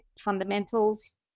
fundamentals